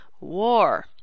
war